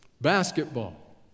basketball